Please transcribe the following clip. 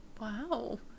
Wow